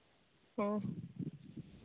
ᱦᱮᱸ